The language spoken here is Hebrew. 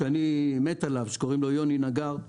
יוני נגר,